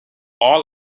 all